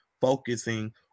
focusing